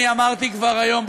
אני אמרתי כבר היום,